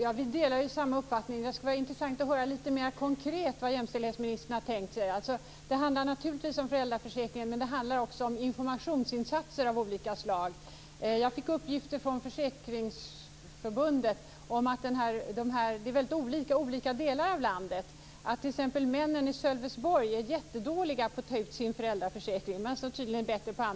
Herr talman! Jag delar den uppfattningen. Det skulle vara intressant att höra lite mer konkret om vad jämställdhetsministern har tänkt sig. Det handlar naturligtvis om föräldraförsäkringen, men det handlar också om informationsinsatser av olika slag. Jag fick uppgifter från Försäkringsförbundet om att det är väldigt olika i olika delar av landet. Männen i Sölvesborg är t.ex. jättedåliga på att ta ut sin föräldraförsäkring. På andra håll är man alltså tydligen bättre.